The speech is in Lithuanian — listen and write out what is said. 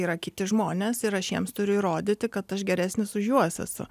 yra kiti žmonės ir aš jiems turiu įrodyti kad aš geresnis už juos esu